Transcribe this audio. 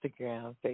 Instagram